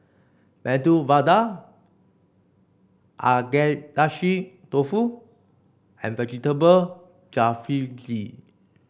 Medu Vada Agedashi Dofu and Vegetable Jalfrezi